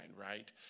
right